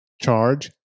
Charge